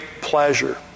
pleasure